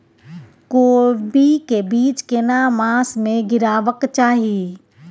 कोबी के बीज केना मास में गीरावक चाही?